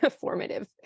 formative